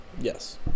Yes